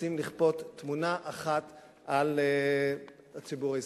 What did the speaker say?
מנסים לכפות תמונה אחת על הציבור הישראלי.